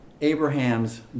Abraham's